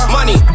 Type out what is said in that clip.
Money